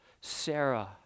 Sarah